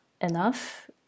enough